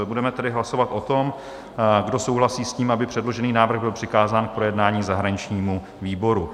Budeme tedy hlasovat o tom, kdo souhlasí s tím, aby předložený návrh byl přikázán k projednání zahraničnímu výboru.